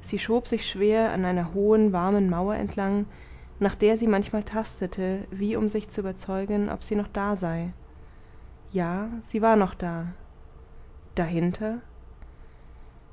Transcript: sie schob sich schwer an einer hohen warmen mauer entlang nach der sie manchmal tastete wie um sich zu überzeugen ob sie noch da sei ja sie war noch da dahinter